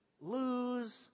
lose